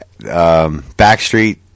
backstreet